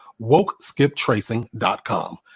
WokeSkipTracing.com